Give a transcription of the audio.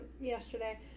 yesterday